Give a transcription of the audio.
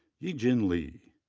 yijin li,